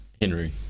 Henry